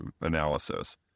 analysis